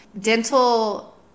dental